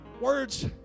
words